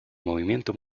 movimiento